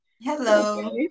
hello